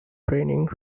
training